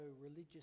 religious